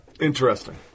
interesting